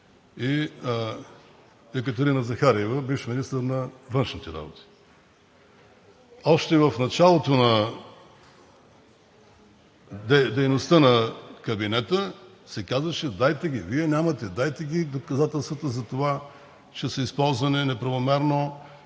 и Екатерина Захариева – бивш министър на външните работи. Още в началото на дейността на кабинета се казваше: „Дайте ги, Вие нямате, дайте ги доказателствата за това, че са използвани неправомерно